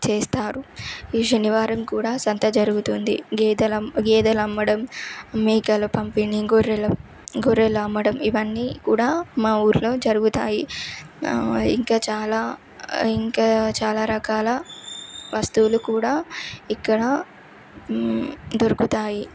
చేస్తారు ఈ శనివారం కూడా సంత జరుగుతుంది గేదెలమ్మడం మేకల పంపిణీ గొర్రెలు అమ్మడం ఇవన్నీ కూడా మా ఊర్లో జరుగుతాయి ఇంకా చాలా రకాల వస్తువులు కూడా ఇక్కడ దొరుకుతాయి